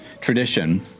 tradition